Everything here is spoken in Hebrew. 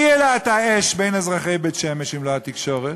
מי העלה את האש בין אזרחי בית-שמש אם לא התקשורת?